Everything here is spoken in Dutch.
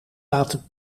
laten